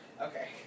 Okay